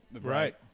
right